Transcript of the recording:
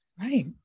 Right